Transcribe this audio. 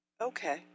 Okay